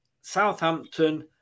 Southampton